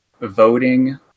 voting